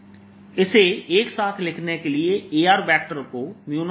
dV इसे एक साथ लिखने के लिए Ar वेक्टर को 04πjr